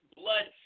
blood